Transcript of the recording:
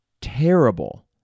terrible